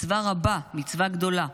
מצווה רבה, מצווה גדולה.